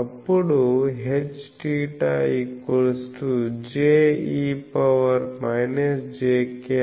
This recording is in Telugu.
అప్పుడు Hθje jkr4πrkNφ kLθηjke